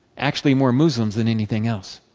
actually, more muslims than anything else.